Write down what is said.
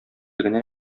генә